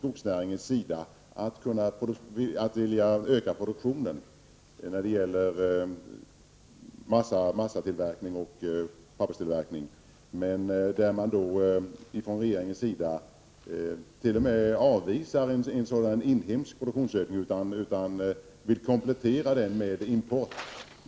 Skogsnäringen vill öka ZI produktionen beträffande massaoch papperstillverkning, men regeringen avvisar t.o.m. en inhemsk produktionsökning och vill komplettera med import.